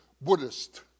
Buddhist